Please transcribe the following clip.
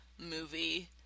movie